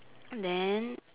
then